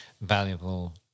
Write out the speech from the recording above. valuable